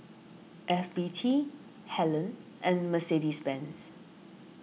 F B T Helen and Mercedes Benz